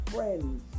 Friends